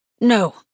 No